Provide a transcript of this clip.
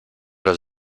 los